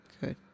good